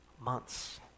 months